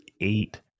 eight